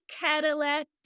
Cadillac